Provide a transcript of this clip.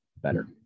better